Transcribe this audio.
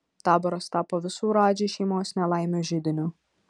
taboras tapo visų radži šeimos nelaimių židiniu